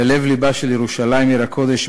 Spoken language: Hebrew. בלב-לבה של ירושלים עיר הקודש,